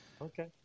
Okay